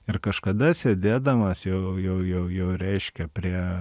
ir kažkada sėdėdamas jau jau jau jau reiškia prie